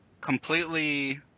completely